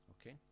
Okay